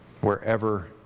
wherever